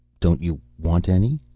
don't you want any?